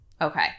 Okay